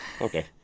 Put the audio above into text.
okay